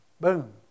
boom